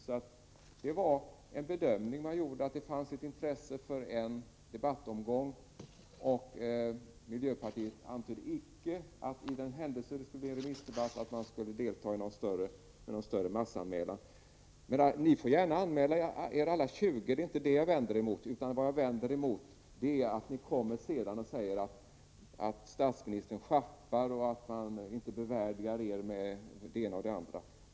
Man gjorde alltså bedömningen att det fanns intresse för en debattomgång, och från miljöpartiet antyddes inte att man i händelse det blev en remissdebatt skulle göra någon massanmälan. Ni får gärna anmäla er alla 20. Det är inte det jag vänder mig mot, utan det är mot att ni sedan kommer och säger att statsministern sjappar, att han inte bevärdigar er med det ena och det andra.